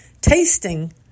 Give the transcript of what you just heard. tasting